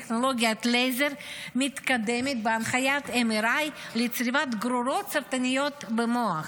טכנולוגיית לייזר מתקדמת בהנחיית MRI לצריבת גרורות סרטניות במוח.